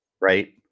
right